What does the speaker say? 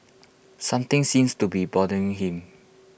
something seems to be bothering him